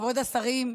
כבוד השרים,